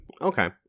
okay